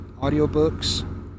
audiobooks